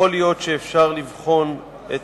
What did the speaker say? יכול להיות שאפשר לבחון את